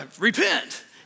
repent